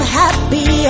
happy